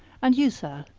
and you, sir,